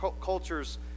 cultures